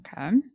Okay